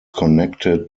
connected